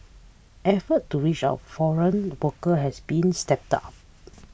effort to reach out foreign worker has been stepped up